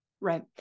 Right